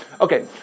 Okay